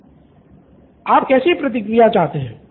student 4 आप कैसी प्रतिक्रिया चाहते है